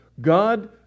God